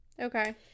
Okay